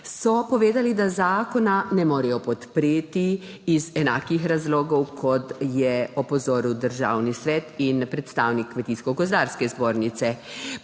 so povedali, da zakona ne morejo podpreti, iz enakih razlogov, kot je opozoril Državni svet in predstavnik Kmetijsko gozdarske zbornice.